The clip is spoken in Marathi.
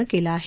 नं क्ला आह